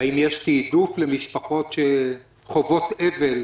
האם יש תיעדוף למשפחות שחוות אבל,